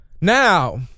Now